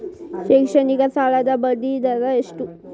ಶೈಕ್ಷಣಿಕ ಸಾಲದ ಬಡ್ಡಿ ದರ ಎಷ್ಟು?